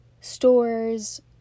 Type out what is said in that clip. stores